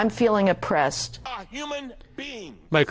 i'm feeling oppressed